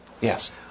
Yes